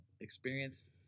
experience